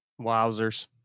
Wowzers